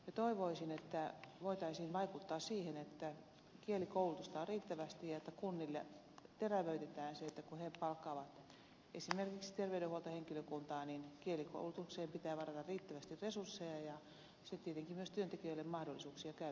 toivoisin että voitaisiin vaikuttaa siihen että kielikoulutusta on riittävästi ja kunnille terävöitetään sitä että kun he palkkaavat esimerkiksi terveydenhuoltohenkilökuntaa niin kielikoulutukseen pitää varata riittävästi resursseja ja sitten tietenkin myös työntekijöille mahdollisuuksia käydä siinä koulutuksessa